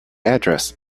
address